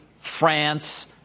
France